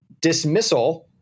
dismissal